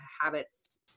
habits